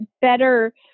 better